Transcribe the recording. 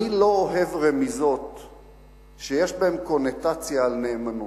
אני לא אוהב רמיזות שיש בהן קונוטציות על נאמנות.